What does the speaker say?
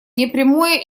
непрямое